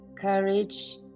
Courage